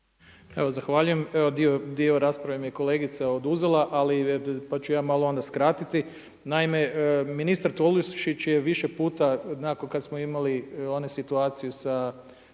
Evo zahvaljujem. Evo dio rasprave mi je kolegica oduzela, ali pa ću ja onda malo skratiti. Naime, ministar Tolušić je više puta onako kad smo imali one situaciju sa